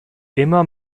immer